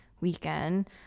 weekend